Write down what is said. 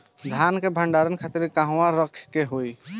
धान के भंडारन खातिर कहाँरखे के होई?